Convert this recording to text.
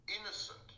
innocent